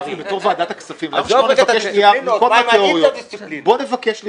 גפני, בתור ועדת הכספים, בואו נבקש,